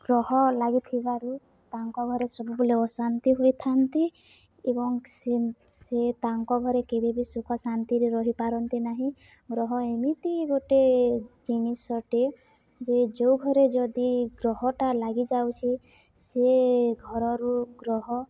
ଗ୍ରହ ଲାଗିଥିବାରୁ ତାଙ୍କ ଘରେ ସବୁବେଳେ ଅଶାନ୍ତି ହୋଇଥାନ୍ତି ଏବଂ ସେ ସେ ତାଙ୍କ ଘରେ କେବେ ବି ସୁଖ ଶାନ୍ତିରେ ରହିପାରନ୍ତି ନାହିଁ ଗ୍ରହ ଏମିତି ଗୋଟେ ଜିନିଷଟେ ଯେ ଯୋଉ ଘରେ ଯଦି ଗ୍ରହଟା ଲାଗିଯାଉଛି ସେ ଘରରୁ ଗ୍ରହ